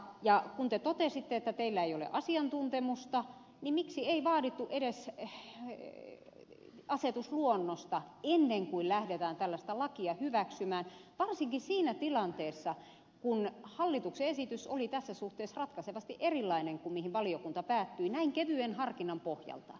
ja kun te totesitte että teillä ei ole asiantuntemusta niin miksi ei vaadittu edes asetusluonnosta ennen kuin lähdetään tällaista lakia hyväksymään varsinkin siinä tilanteessa kun hallituksen esitys oli tässä suhteessa ratkaisevasti erilainen kuin mihin valiokunta päätyi näin kevyen harkinnan pohjalta